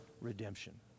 redemption